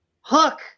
Hook